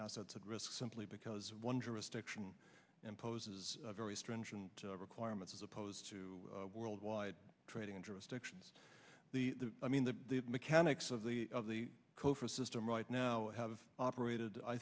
assets at risk simply because of one jurisdiction and poses very stringent requirements as opposed to world wide trading jurisdiction's the i mean the mechanics of the of the cofre system right now have operated i